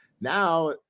now